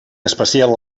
especial